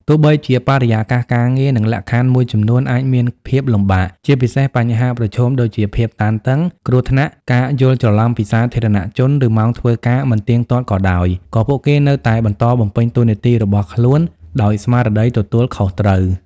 ទោះបីជាបរិយាកាសការងារ និងលក្ខខណ្ឌមួយចំនួនអាចមានភាពលំបាក ជាពិសេសបញ្ហាប្រឈមដូចជាភាពតានតឹង គ្រោះថ្នាក់ ការយល់ច្រឡំពីសាធារណជន ឬម៉ោងធ្វើការមិនទៀងទាត់ក៏ដោយ ក៏ពួកគេនៅតែបន្តបំពេញតួនាទីរបស់ខ្លួនដោយស្មារតីទទួលខុសត្រូវ។